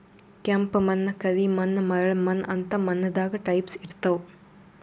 ಕೆಂಪ್ ಮಣ್ಣ್, ಕರಿ ಮಣ್ಣ್, ಮರಳ್ ಮಣ್ಣ್ ಅಂತ್ ಮಣ್ಣ್ ದಾಗ್ ಟೈಪ್ಸ್ ಇರ್ತವ್